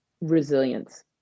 resilience